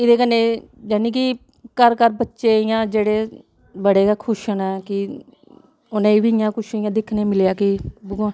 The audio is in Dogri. इह्दो कन्ने जानि के घर घर बच्चें इयां जेह्ड़े बड़े गै खुश नै कि उनेई बी इयां कुश इयां दिक्खने मिलेआ की भगवान